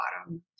bottom